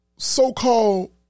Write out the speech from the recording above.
So-called